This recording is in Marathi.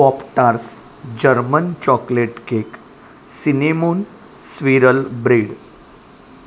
Pop-Tarts German chocolate cake cinnamon swirl bread